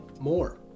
more